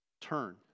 turn